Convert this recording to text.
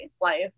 life